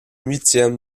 huitième